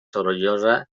sorollosa